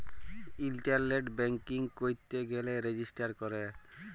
ইলটারলেট banking ক্যইরতে গ্যালে register ক্যরে